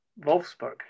Wolfsburg